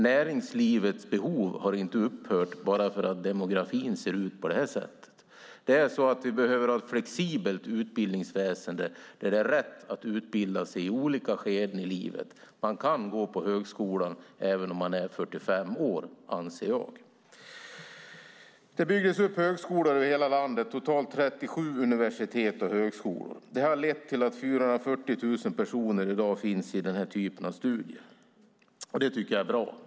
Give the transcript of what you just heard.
Näringslivets behov har inte upphört bara därför att demografin ser ut som den gör. Vi behöver ha ett flexibelt utbildningsväsen där det är rätt att utbilda sig i olika skeden av livet. Man kan gå på högskola även om man är 45 år, anser jag. Det har byggts upp högskolor över hela landet. Det är totalt 37 universitet och högskolor. Det har lett till att 440 000 personer i dag finns i den typen av studier. Det tycker jag är bra.